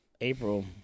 April